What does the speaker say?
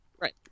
Right